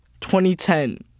2010